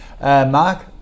Mark